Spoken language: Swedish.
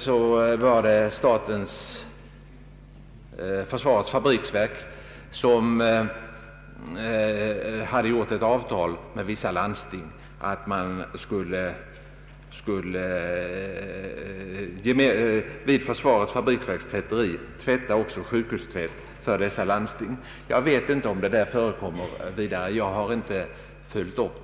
Som bekant gjorde försvarets fabriksverk ett avtal med vissa landsting att man vid försvarets fabriksverks tvätteri skulle tvätta också sjukhustvätt åt dessa landsting. Jag vet inte om detta fortfarande förekommer. Jag har inte följt upp